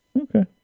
okay